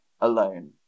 alone